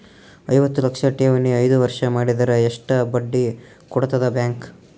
ಐವತ್ತು ಲಕ್ಷ ಠೇವಣಿ ಐದು ವರ್ಷ ಮಾಡಿದರ ಎಷ್ಟ ಬಡ್ಡಿ ಕೊಡತದ ಬ್ಯಾಂಕ್?